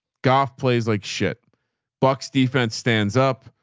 golf plays like shit box defense stands up.